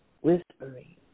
whispering